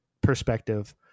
perspective